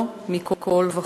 לא מכול וכול.